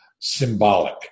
symbolic